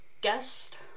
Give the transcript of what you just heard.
Guest